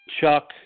Chuck